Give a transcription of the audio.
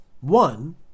One